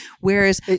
whereas